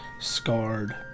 scarred